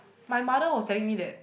my mother was telling me that